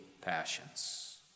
passions